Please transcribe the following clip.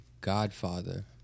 godfather